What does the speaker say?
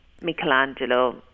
Michelangelo